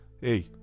hey